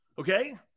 Okay